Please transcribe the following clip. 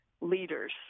leaders